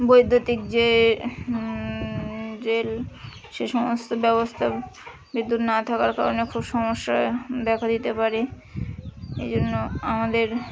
বৈদ্যুতিক যে যে সে সমস্ত ব্যবস্থা বিদ্যুৎ না থাকার কারণে খুব সমস্যা দেখা দিতে পারে এই জন্য আমাদের